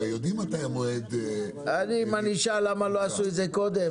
הרי יודעים מתי המועד --- אשאל למה לא עשו את זה קודם?